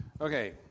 Okay